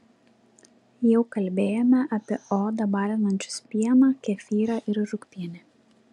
jau kalbėjome apie odą balinančius pieną kefyrą ir rūgpienį